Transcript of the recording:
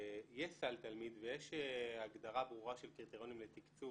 יש סל תלמיד ויש הגדרה ברורה של קריטריונים לתקצוב